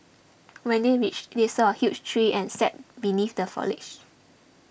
when they reached they saw a huge tree and sat beneath the foliage